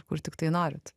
kur tiktai norit